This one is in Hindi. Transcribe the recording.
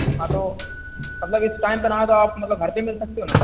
हाँ तो मतलब इस टाइम पर आएँ तो आप मतलब घर पर ही मिल सकते हो ना